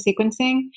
sequencing